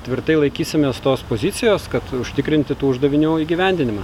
tvirtai laikysimės tos pozicijos kad užtikrinti tų uždavinių įgyvendinimą